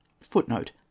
footnote